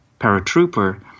paratrooper